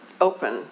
open